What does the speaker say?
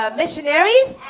missionaries